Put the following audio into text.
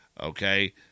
okay